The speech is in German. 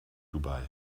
dubai